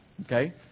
Okay